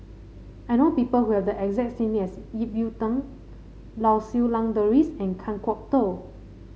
I know people who have the exact as Ip Yiu Tung Lau Siew Lang Doris and Kan Kwok Toh